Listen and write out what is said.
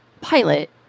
pilot